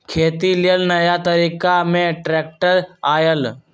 खेती लेल नया तरिका में ट्रैक्टर आयल